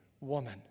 woman